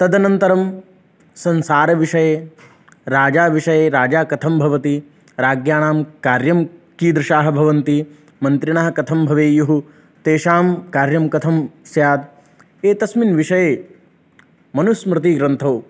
तदनन्तरं संसारविषये राजविषये राजा कथं भवति राज्ञां कार्यं कीदृशं भवन्ति मन्त्रिणः कथं भवेयुः तेषां कार्यं कथं स्यात् एतस्मिन् विषये मनुस्मृतिग्रन्थे